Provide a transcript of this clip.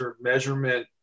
measurement